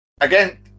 Again